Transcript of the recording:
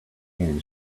and